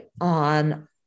on